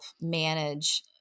manage